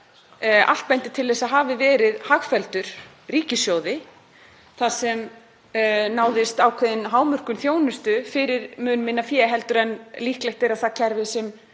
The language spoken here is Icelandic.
allt bendir til að hafi verið hagfelldur ríkissjóði, þar sem náðist ákveðin hámörkun þjónustu fyrir mun minna fé en líklegt er að það kerfi sem